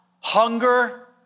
Hunger